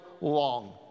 long